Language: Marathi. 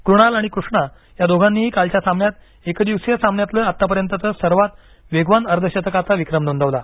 कृणाल आणि कृष्णा या दोघांनी कालच्या सामन्यात एकदिवसीय सामन्यातलं आतापर्यंतचा सर्वात वेगवान अर्धशतकाचा विक्रम नोंदवला